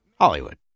Hollywood